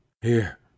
Here